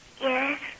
Yes